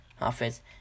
office